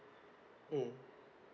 mm